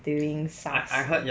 during SARS